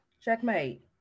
Checkmate